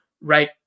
right